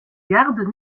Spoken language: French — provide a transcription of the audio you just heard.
gardent